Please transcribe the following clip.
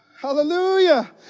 Hallelujah